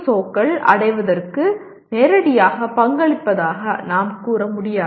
ஓக்களை அடைவதற்கு நேரடியாக பங்களிப்பதாக நாம் கூற முடியாது